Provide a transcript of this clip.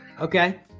okay